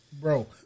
bro